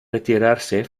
retirarse